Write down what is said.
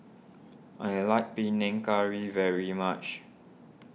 I like Panang Curry very much